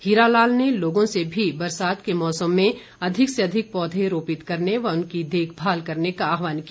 हीरा लाल ने लोगों से भी बरसात के मौसम में अधिक से अधिक पौधे रोपित करने व उनकी देखभाल करने का आहवान किया